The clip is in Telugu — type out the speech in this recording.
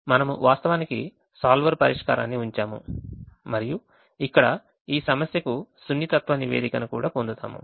మనము వాస్తవానికి సోల్వర్ పరిష్కారాన్ని ఉంచాము మరియు అక్కడ ఈ సమస్యకు సున్నితత్వ నివేదికను కూడా పొందుతాము